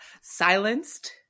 silenced